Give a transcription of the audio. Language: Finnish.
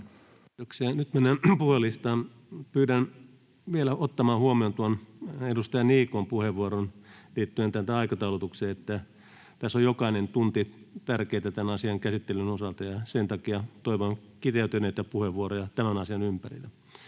nyt mennään puhujalistaan. Pyydän vielä ottamaan huomioon edustaja Niikon puheenvuoron liittyen tähän aikataulutukseen, että tässä on jokainen tunti tärkeä tämän asian käsittelyn osalta, ja sen takia toivon kiteytyneitä puheenvuoroja tämän asian ympärillä.